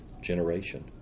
generation